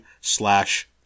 slash